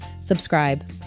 subscribe